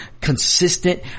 consistent